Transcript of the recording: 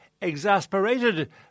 exasperated